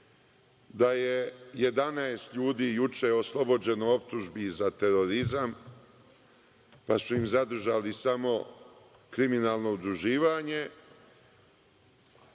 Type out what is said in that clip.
da je 11 ljudi juče oslobođeno optužbi za terorizam, pa su im zadržali samo kriminalno udruživanje,